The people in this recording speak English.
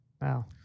Wow